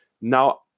Now